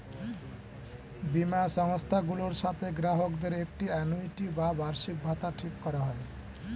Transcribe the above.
বীমা সংস্থাগুলোর সাথে গ্রাহকদের একটি আ্যানুইটি বা বার্ষিকভাতা ঠিক করা হয়